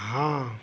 हाँ